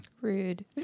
Rude